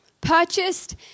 purchased